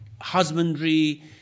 husbandry